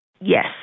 Yes